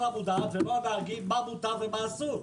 יודעת ולא הנהגים יודעים מה מותר ומה אסור.